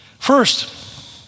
First